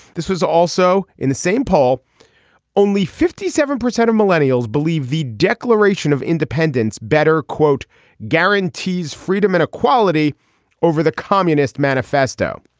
this was also in the same poll only fifty seven percent of millennials believe the declaration of independence better quote guarantees freedom and equality over the communist manifesto.